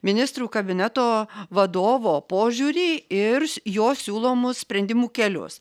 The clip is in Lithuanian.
ministrų kabineto vadovo požiūrį ir jo siūlomų sprendimų kelius